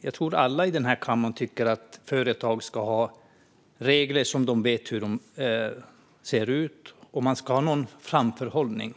Jag tror att alla i den här kammaren tycker att företag ska ha regler som de vet hur de ser ut och framförhållning.